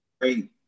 great